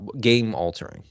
game-altering